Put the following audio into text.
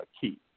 key